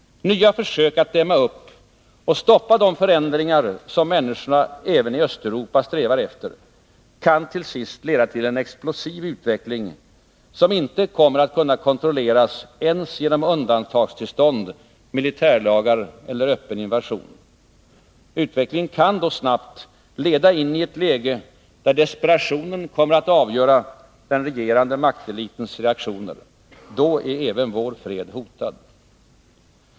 Nya försök att dimma upp och stoppa de förändringar som människorna även i Östeuropa strävar efter kan till sist leda till en explosiv utveckling, som inte kommer att kunna kontrolleras ens genom undantagstillstånd, militärlagar eller öppen invasion. Utvecklingen kan då snabbt leda in i ett läge där desperationen kommer att avgöra den regerande maktelitens reaktioner. Då är även vår fred hotad.